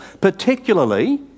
particularly